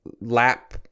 lap